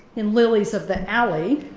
in lilies of the alley,